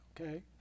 Okay